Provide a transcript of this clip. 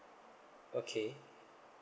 okay